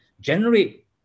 generate